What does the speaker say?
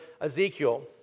Ezekiel